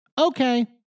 Okay